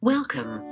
Welcome